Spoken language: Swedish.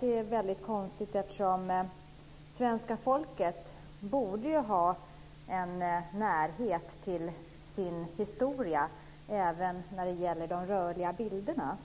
Det är väldigt konstigt också därför att svenska folket borde ha en närhet till sin historia även när det gäller de rörliga bilderna.